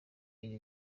iri